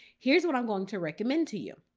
here's what i'm going to recommend to you.